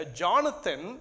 jonathan